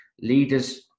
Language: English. leaders